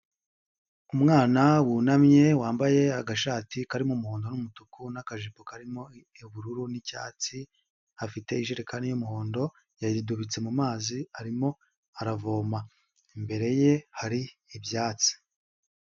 Umwana wunamye wambaye agashati karimo umuhondo n'umutuku n'akajipo karimo ubururu n'icyatsi, afite ijerekani y'umuhondo yayidubitse mu mazi arimo aravoma, imbere ye hari ibyatsi.